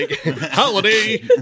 holiday